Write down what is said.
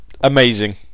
amazing